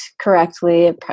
correctly